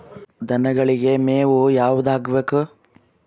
ದನಗಳಿಗೆ ಮೇವು ಯಾವುದು ಹಾಕ್ಬೇಕು?